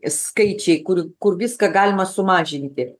skaičiai kur kur viską galima sumažinti